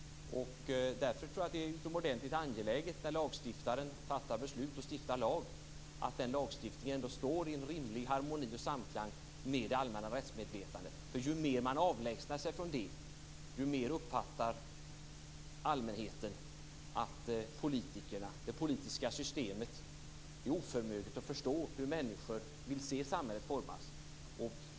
Därför tror jag att det är utomordentligt angeläget när lagstiftaren fattar beslut och stiftar lag att den lagstiftningen ändå står i en rimlig harmoni och samklang med det allmänna rättsmedvetandet. Ju mer man avlägsnar sig från det, desto mer uppfattar allmänheten att det politiska systemet är oförmöget att förstå hur människor vill se samhället formas.